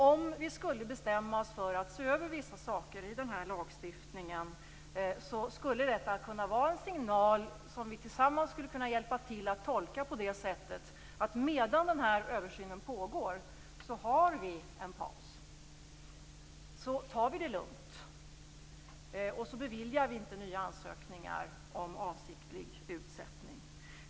Om vi skulle bestämma oss för att se över vissa saker i lagstiftningen skulle detta kunna vara en signal som vi tillsammans skulle kunna tolka så, att medan översynen pågår tar vi en paus. Under den tiden tar vi det lugnt och beviljar inte nya ansökningar om avsiktlig utsättning.